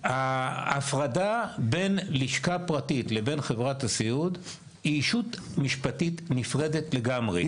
ההפרדה בין לשכה פרטית לבין חברת הסיעוד היא ישות משפטית נפרדת לגמרי.